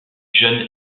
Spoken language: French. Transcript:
jeune